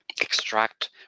extract